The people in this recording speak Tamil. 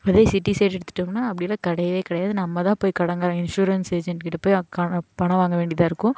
அதே சிட்டி சைடு எடுத்துட்டோம்னால் அப்படிலாம் கிடையவே கிடையாது நம்ம தான் போய் கடன்காரங்க இன்ஷூரன்ஸ் ஏஜெண்ட்கிட்ட போய் அதுக்கான பணம் வாங்க வேண்டியதாக இருக்கும்